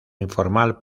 informal